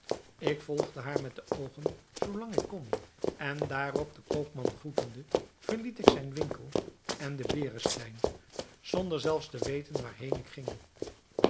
ik volgde haar met de oogen zoo lang ik kon en daarop den koopman groetende verliet ik zijn winkel en den berestein zonder zelfs te weten waarheen ik ging